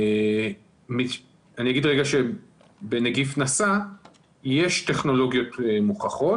אני אומר שבנגיף נשא יש טכנולוגיות מוכחות.